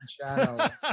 shadow